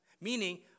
Meaning